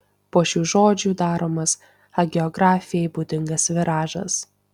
po šių žodžių daromas hagiografijai būdingas viražas